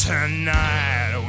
Tonight